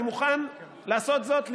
אני מוכן לעשות זאת,